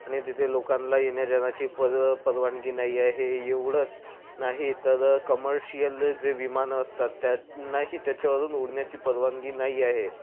आणि तिथे लोकांना येण्या जाण्याची पर परवानगी नाही आहे एवढंच नाही तर कमर्शियल जे विमान असतात त्यांनाही त्याच्यावरून उडण्याची परवानगी नाही आहे